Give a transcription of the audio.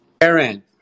Aaron